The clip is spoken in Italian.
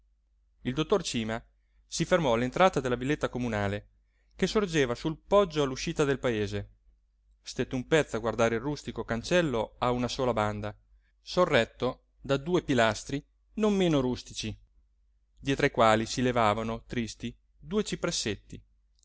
il dottor cima si fermò all'entrata della villetta comunale che sorgeva sul poggio all'uscita del paese stette un pezzo a guardare il rustico cancello a una sola banda sorretto da due pilastri non meno rustici dietro ai quali si levavano tristi due